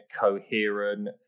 coherent